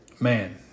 man